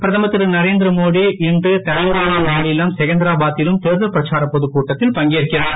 பிரதமர் திரு நரேந்திரமோடி இன்று தெலங்கானா மாநிலம் செகந்திராபாத்திலும் தேர்தல் பிரச்சாப் பொதுக் கூட்டத்தில் பங்கேற்கிறார்